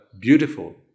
beautiful